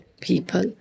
people